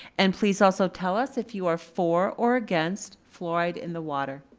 and please also tell us if you are for or against fluoride in the water.